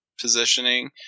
positioning